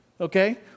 okay